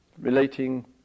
relating